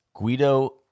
Guido